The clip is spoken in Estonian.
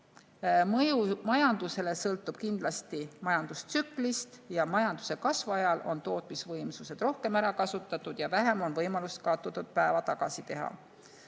majandusele sõltub kindlasti majandustsüklist. Majanduse kasvu ajal on tootmisvõimsused rohkem ära kasutatud ja vähem on võimalust kaotatud päeva tagasi teha.